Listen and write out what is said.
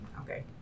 Okay